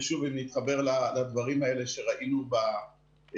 שוב, אני מתחבר לדברים האלה שראינו בטלוויזיה.